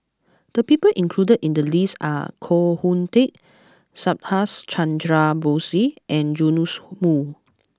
the people included in the list are Koh Hoon Teck Subhas Chandra Bose and Joash Moo